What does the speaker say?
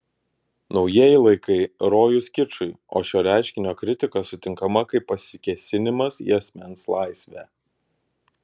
naujieji laikai rojus kičui o šio reiškinio kritika sutinkama kaip pasikėsinimas į asmens laisvę